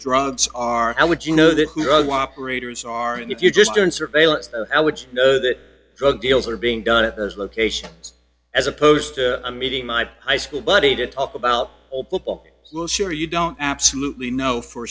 drugs are how would you know that who drug law paraders are and if you're just doing surveillance which drug deals are being done at those locations as opposed to a meeting my high school buddy to talk about well sure you don't absolutely know for